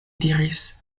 diris